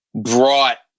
brought